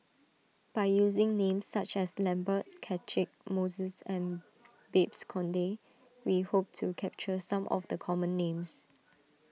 by using names such as Lambert Catchick Moses and Babes Conde we hope to capture some of the common names